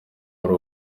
hari